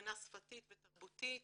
מבחינה שפתית ותרבותית,